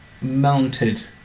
mounted